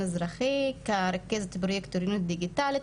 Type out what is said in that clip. אזרחי כרכזת פרויקט אוריינות דיגיטלית,